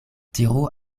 diru